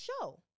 show